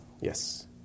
Yes